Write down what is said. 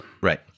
Right